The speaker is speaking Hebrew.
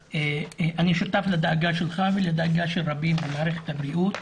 אני שותף לדאגה שלך ולדאגה של רבים במערכת הבריאות